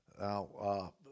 Now